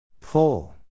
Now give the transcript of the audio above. Pull